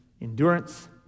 Endurance